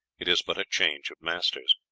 it is but a change of masters.